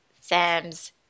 Sam's